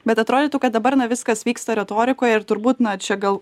bet atrodytų kad dabar na viskas vyksta retorikoj ir turbūt na čia gal